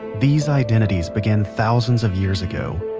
these identities began thousands of years ago,